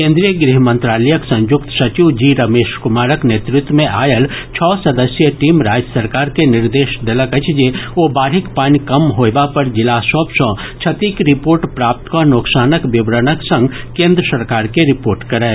केन्द्रीय गृह मंत्रालयक संयुक्त सचिव जी रमेश कुमारक नेतृत्व मे आयल छओ सदस्यीय टीम राज्य सरकार के निर्देश देलक अछि जे ओ बाढ़िक पानि कम होयबा पर जिला सभ सॅ क्षतिक रिपोर्ट प्राप्त कऽ नोकसानक विवरणक संग केन्द्र सरकार के रिपोर्ट करय